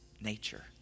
nature